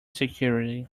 security